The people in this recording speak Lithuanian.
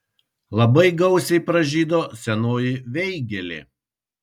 labai gausiai pražydo senoji veigelė